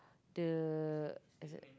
the as a